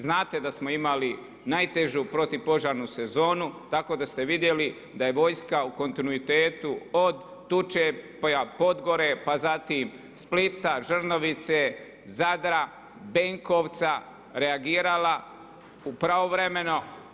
Znate da smo imali najtežu protupožarnu sezonu tako da ste vidjeli da je vojska u kontinuitetu od Tučepa, Podgore, pa zatim Splita, Žrnovice, Zadra, Benkovca reagirala pravovremeno.